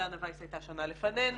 דנה וייס הייתה שנה לפנינו,